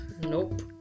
Nope